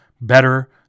better